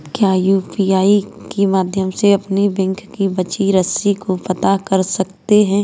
क्या यू.पी.आई के माध्यम से अपने बैंक में बची राशि को पता कर सकते हैं?